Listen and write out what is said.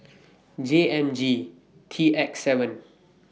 J M G T X seven